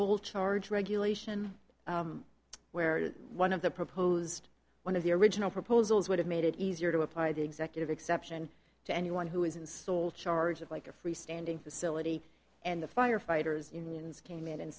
sole charge regulation where one of the proposed one of the original proposals would have made it easier to apply the executive exception to anyone who is in charge of like a freestanding facility and the firefighters unions came in and